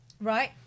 Right